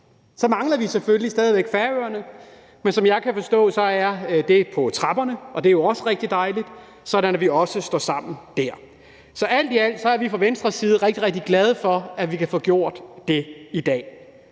Så mangler vi selvfølgelig stadig væk Færøerne, men som jeg forstår det, er det på trapperne, og det er jo også rigtig dejligt, sådan at vi også står sammen dér. Så alt i alt er vi fra Venstres side rigtig, rigtig glade for, at vi kan få gjort det i dag.